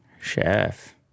Chef